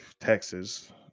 Texas